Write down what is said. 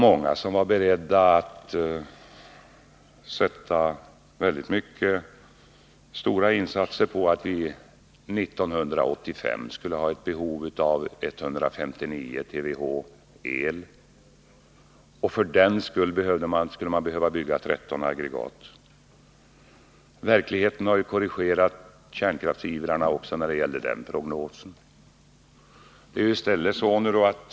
Många var beredda att satsa mycket på att vi 1985 skulle ha ett behov av 159 TWh. För den skull behövde man bygga 13 aggregat påstod man. Verkligheten har korrigerat kärnkraftsivrarna även när det gäller den prognosen.